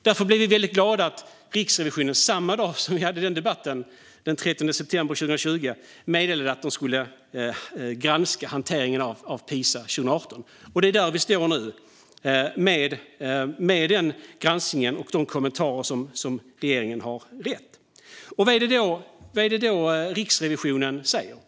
Därför blev vi väldigt glada att Riksrevisionen, samma dag som vi hade debatten, den 13 september 2020, meddelade att de skulle granska hanteringen av Pisa 2018. Och det är där vi står nu, med denna granskning och de kommentarer som regeringen har fått. Vad är det då Riksrevisionen säger?